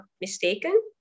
mistaken